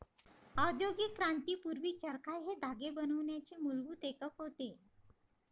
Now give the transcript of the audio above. औद्योगिक क्रांती पूर्वी, चरखा हे धागे बनवण्याचे मूलभूत एकक होते